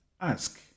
ask